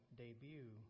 debut